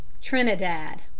Trinidad